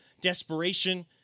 desperation